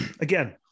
again